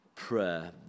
Prayer